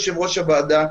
יושב-ראש הוועדה,